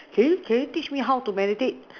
can you can you teach me how to meditate